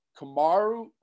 Kamaru